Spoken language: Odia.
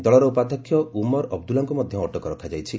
ଦଳର ଉପାଧ୍ୟକ୍ଷ ଉମର୍ ଅବଦୁଲ୍ଲାଙ୍କୁ ମଧ୍ୟ ଅଟକ ରଖାଯାଇଛି